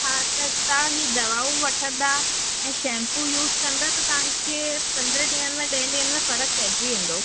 हा त तव्हां हीअ दवाऊं वठंदा ऐं शैम्पू यूस कंदा त तव्हांखे पंद्रहें ॾींहनि में ॾहनि ॾींहनि में फ़रकु पइजी वेंदो